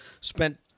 spent